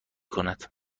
کند